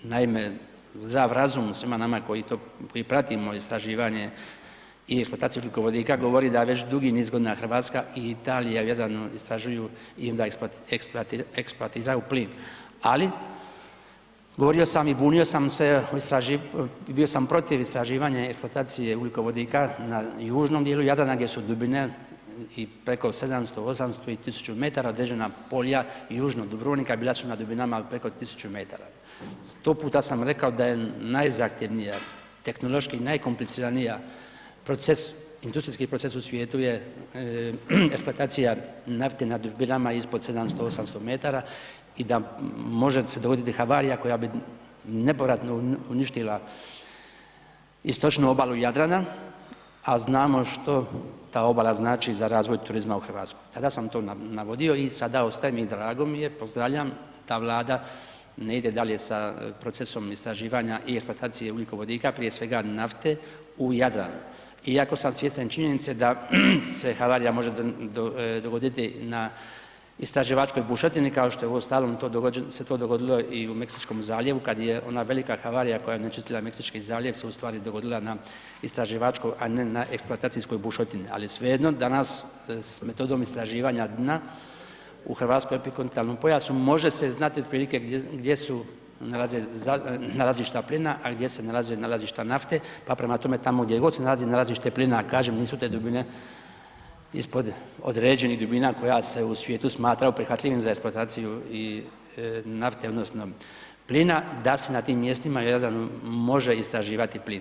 Naime, zdrav razum u svima nama koji pratimo istraživanje i eksploataciju ugljikovodika govori da već dugi niz godina Hrvatska i Italija vjerno istražuju i onda eksploatira u plin ali govorio sam i bunio sam se, bio sam protiv istraživanja i eksploatacije ugljikovodika na južnom djelu Jadrana gdje su dubine i preko 700, 800 i 1000 m, određena polja južnog Dubrovnika bila su na dubinama od preko 1000 m. Sto puta sam rekao da je zahtjevnije, tehnološki najkompliciraniji proces, industrijski proces u svijetu je eksploatacija nafte ispod 700, 800 m i da može se dogoditi havarija koja bi nepovratno uništila istočnu obalu Jadrana a znamo što ta obala znači za razvoj turizma u Hrvatskoj, tada sam to navodio i sada ostaje mi i drago mi je da ta Vlada ne ide dalje sa procesom istraživanja i eksploatacije ugljikovodika, prije svega nafte u Jadranu iako sam svjestan činjenice da se havarija može dogoditi na istraživačkoj bušotini kao što uostalom se to dogodilo i u Meksičkom zaljevu kad je ona velika havarija koja je onečistila Meksički zaljev se ustvari dogodila na istraživačko a ne na eksploatacijskoj bušotini ali svejedno danas s metodom istraživanja dna u hrvatskom epikontinentalnom pojasu, može se znati otprilike gdje su nalazišta plina a gdje se nalazi nalazišta nafte pa prema tome, tamo gdje god se nalazi nalazište plina, a kažem nisu te dubine ispod određenih dubina koja se u svijetu smatraju prihvatljivim za eksploataciju nafte odnosno plina, da se na tim mjestima u Jadranu može istraživati plin.